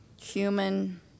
human